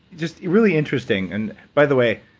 just really interesting and by the way,